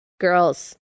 girls